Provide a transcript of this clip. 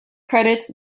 credits